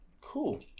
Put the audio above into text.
Cool